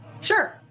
Sure